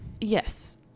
Yes